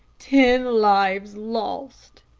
ten lives lost,